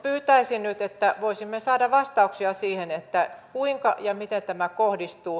pyytäisin nyt että voisimme saada vastauksia siihen kuinka ja miten tämä kohdistuu